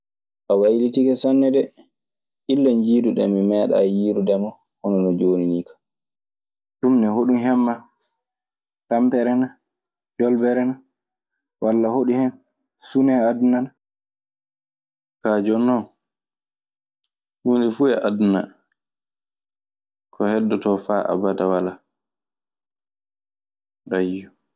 "A waylitike sanne de Illa njiiduɗen mi meeɗaa yiirude ma hono no jooni niikaa." Ka jonnon huunde fu e aduna ka heddoto faa abada wala. Ayyo.